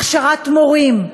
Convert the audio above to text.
הכשרת מורים.